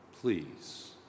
please